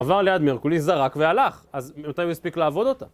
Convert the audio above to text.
עבר ליד מרקוליס, זרק והלך, אז מיותר הוא הספיק לעבוד אותה.